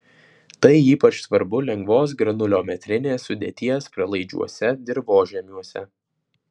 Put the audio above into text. tai ypač svarbu lengvos granuliometrinės sudėties pralaidžiuose dirvožemiuose